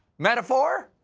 metaphor,